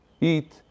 eat